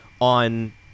on